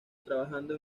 trabajando